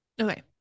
Okay